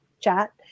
chat